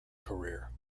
career